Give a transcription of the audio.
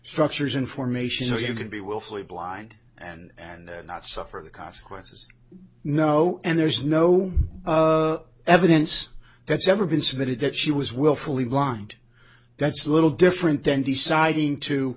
structures information so you can be willfully blind and not suffer the consequences no and there's no evidence that's ever been submitted that she was willfully blind that's a little different then deciding to